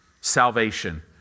Salvation